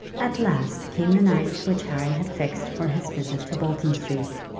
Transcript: at last came the night which harry had fixed for his visit to bolton street.